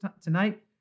tonight